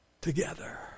together